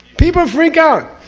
people freak out.